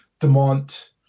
Demont